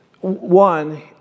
one